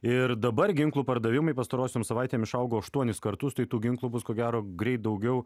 ir dabar ginklų pardavimai pastarosiom savaitėm išaugo aštuonis kartus tai tų ginklų bus ko gero greit daugiau